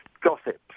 gossip